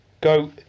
go